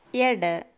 ಎಡ